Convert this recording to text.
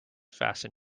fasten